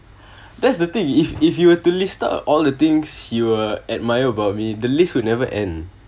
that's the thing if if you were to list out all the things he will admire about me the list will never end